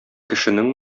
кешенең